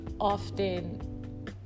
often